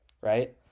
right